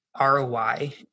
ROI